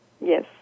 Yes